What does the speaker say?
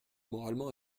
moralement